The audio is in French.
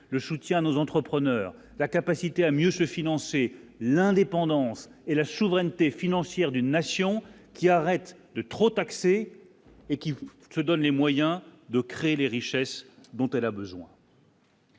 le soutien à nos entrepreneurs, la capacité à mieux financer l'indépendance et la souveraineté financière d'une nation qui arrête de trop taxé et qui se donne les moyens de créer les richesses dont elle a besoin.